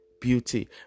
beauty